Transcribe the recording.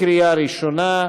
קריאה ראשונה.